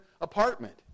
apartment